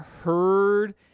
heard